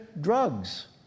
drugs